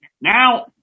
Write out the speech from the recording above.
now